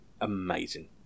amazing